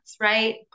right